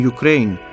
Ukraine